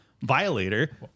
violator